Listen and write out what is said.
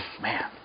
man